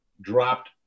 dropped